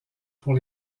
pour